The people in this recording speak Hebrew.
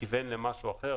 כיוון למשהו אחר,